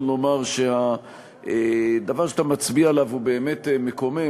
לומר שהדבר שאתה מצביע עליו הוא באמת מקומם.